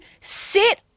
sit